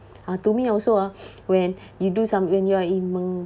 uh to me also ah when you do some when you're in meng~